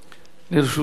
גלאון, לרשותך